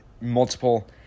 multiple